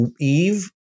Eve